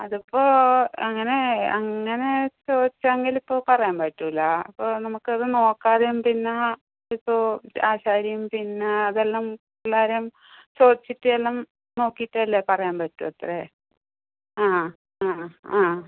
അതിപ്പോൾ അങ്ങനെ അങ്ങനെ ചോദിച്ചെങ്കിൽ ഇപ്പോൾ പറയാൻ പറ്റില്ല അപ്പോൾ നമ്മൾക്കത് നോക്കാതെയും പിന്നെ അതിപ്പോൾ ആശാരിയും പിന്നെ അതെല്ലാം എല്ലാവരും ചോദിച്ചിട്ട് എല്ലാം നോക്കിയിട്ടല്ലേ പറയാൻ പറ്റുമത്രേ ആ ആ ആ